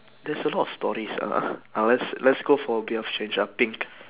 there's a lot of stories ah ah let's let's go for a bit of change ah pink